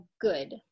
good